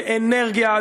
זה אנרגיה,